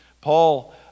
Paul